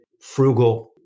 frugal